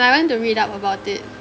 went to read up about it